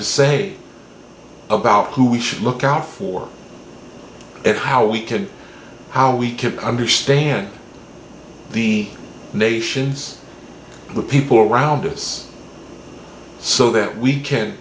to say about who we should look out for it how we can how we can understand the nations and the people around us so that we can